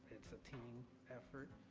it's a team effort,